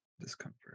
Discomfort